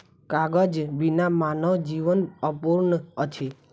कागज बिना मानव जीवन अपूर्ण अछि